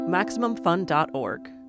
MaximumFun.org